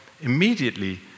immediately